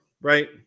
right